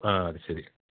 ആ അത് ശരി